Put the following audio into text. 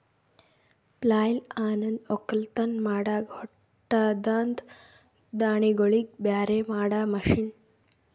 ಪ್ಲಾಯ್ಲ್ ಅನಂದ್ ಒಕ್ಕಲತನ್ ಮಾಡಾಗ ಹೊಟ್ಟದಾಂದ ದಾಣಿಗೋಳಿಗ್ ಬ್ಯಾರೆ ಮಾಡಾ ಮಷೀನ್